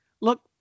look